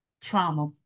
trauma